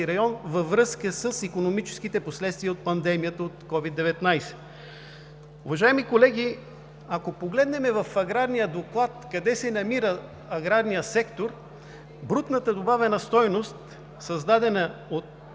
район, във връзка с икономическите последствия от пандемията от COVID-19. Уважаеми колеги, ако погледнем в аграрния доклад къде се намира аграрният сектор, брутната добавена стойност, създадена от